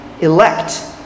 elect